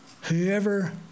Whoever